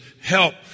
help